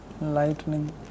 lightning